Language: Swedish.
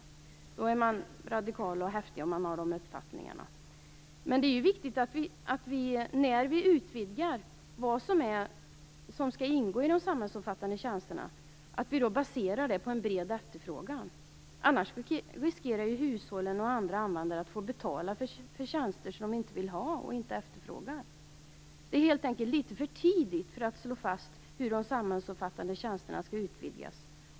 Om man har den uppfattningen är man radikal och häftig. I samband med utvidgningen är det viktigt att valet av tjänster som skall ingå i de samhällsomfattande tjänsterna baseras på en bred efterfrågan. Annars riskerar hushåll och andra användare att få betala för tjänster som de inte vill ha och inte efterfrågar. Det är helt enkelt litet för tidigt att slå fast hur de samhällsomfattande tjänsterna skall utvidgas.